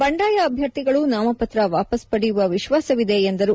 ಬಂಡಾಯ ಅಭ್ಯರ್ಥಿಗಳು ನಾಮಪತ್ರ ವಾಪಾಸ್ ಪಡೆಯುವ ವಿಶ್ವಾಸ ಇದೆ ಎಂದರು